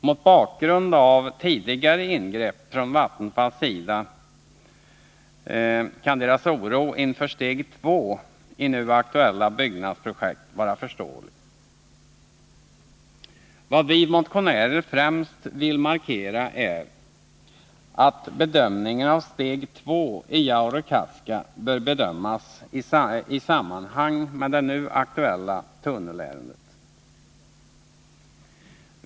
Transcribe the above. Mot bakgrund av tidigare ingrepp från Vattenfalls sida kan deras oro inför steg två i nu aktuella byggnadsprojekt vara förståelig. Vad vi motionärer främst vill markera är att bedömningen av steg två i Jaurekaska bör ske i sammanhang med det nu aktuella tunnelärendet.